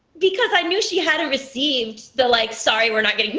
because i knew she hadn't received the, like, sorry we're not